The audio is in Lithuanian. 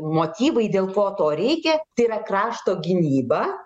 motyvai dėl ko to reikia tai yra krašto gynyba